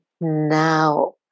now